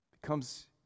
Becomes